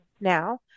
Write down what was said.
now